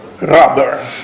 rubber